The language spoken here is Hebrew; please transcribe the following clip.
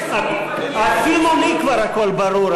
יש סעיף, אפילו לי כבר הכול ברור.